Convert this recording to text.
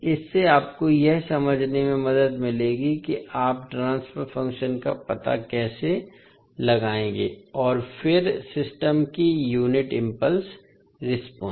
इससे आपको यह समझने में मदद मिलेगी कि आप ट्रांसफर फ़ंक्शन का पता कैसे लगाएंगे और फिर सिस्टम की यूनिट इम्पल्स रेस्पॉन्स